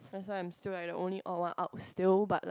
that's why I'm still at the only all one out still but like